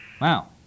Wow